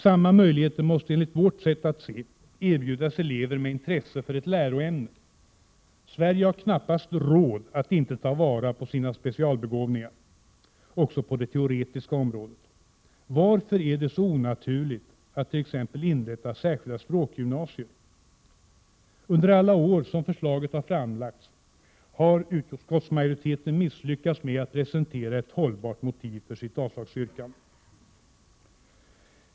Samma möjligheter måste enligt vårt sätt att se erbjudas elever med intresse för ett läroämne. Sverige har knappast råd att inte ta vara på sina specialbegåvningar också på det teoretiska området. Varför är det så onaturligt att t.ex. inrätta särskilda språkgymnasier? Under alla år som förslaget har framförts har utskottsmajoriteten misslyckats med att presentera ett hållbart motiv för sitt avslagsyrkande.